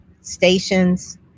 stations